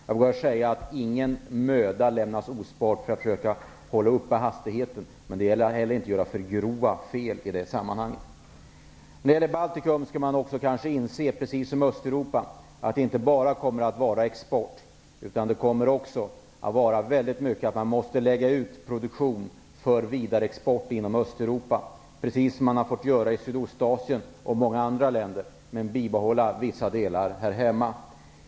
Jag vågar säga att ingen möda sparas för att försöka hålla uppe hastigheten, men det gäller då att inte göra för grova fel i det sammanhanget. När det gäller Baltikum, precis som Östeuropa, måste man inse att det inte bara kommer att vara fråga om export, utan också om att lägga ut produktion för vidareexport till Östeuropa. Det har man fått göra i Sydostasien och många andra länder. Vissa delar måste dock behållas här hemma.